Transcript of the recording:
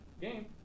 game